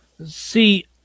See